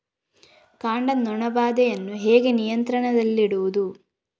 ಕಾಂಡ ನೊಣ ಬಾಧೆಯನ್ನು ಹೇಗೆ ನಿಯಂತ್ರಣದಲ್ಲಿಡುವುದು?